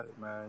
man